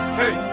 hey